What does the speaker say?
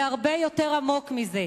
זה הרבה יותר עמוק מזה.